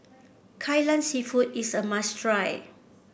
Kai Lan seafood is a must try